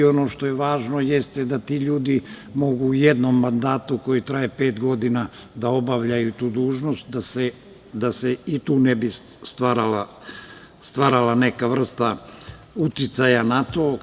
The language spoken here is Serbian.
Ono što je važno, jeste da ti ljudi mogu u jedom mandatu koji traje pet godina da obavljaju tu dužnost, da se i tu ne bi stvarala neka vrsta uticaja na to.